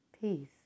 peace